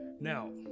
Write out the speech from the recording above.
Now